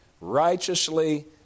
righteously